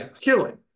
killing